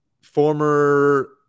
former